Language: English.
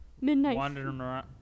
midnight